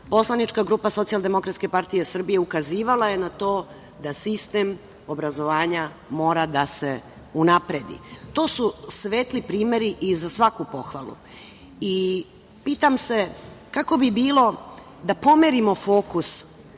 poslanička grupa SDPS ukazivala je na to da sistem obrazovanja mora da se unapredi. To su svetli primeri i za svaku pohvalu. Pitam se kako bi bilo da pomerimo fokus